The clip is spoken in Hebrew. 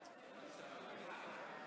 לבין ישראל,